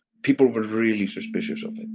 people were really suspicious of it,